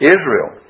Israel